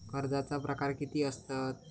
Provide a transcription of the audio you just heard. कर्जाचे प्रकार कीती असतत?